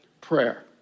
prayer